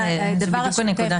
וכו'.